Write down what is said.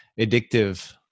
addictive